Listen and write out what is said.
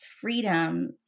freedom